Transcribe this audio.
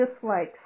dislikes